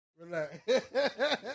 relax